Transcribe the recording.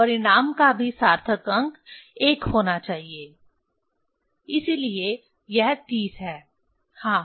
परिणाम का भी सार्थक अंक 1 होना चाहिए इसलिए यह 30 है हाँ